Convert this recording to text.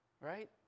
right